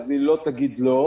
אז היא לא תגיד לא.